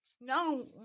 No